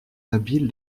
habile